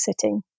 sitting